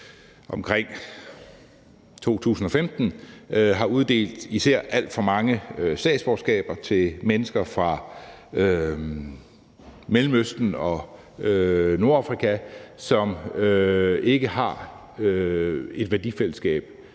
omkring 2015 – har uddelt alt for mange statsborgerskaber til mennesker fra Mellemøsten og Nordafrika, som ikke har et værdifællesskab